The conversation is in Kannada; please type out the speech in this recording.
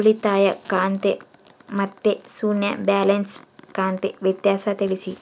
ಉಳಿತಾಯ ಖಾತೆ ಮತ್ತೆ ಶೂನ್ಯ ಬ್ಯಾಲೆನ್ಸ್ ಖಾತೆ ವ್ಯತ್ಯಾಸ ತಿಳಿಸಿ?